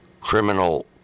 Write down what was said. Criminal